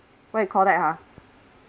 what you call that ha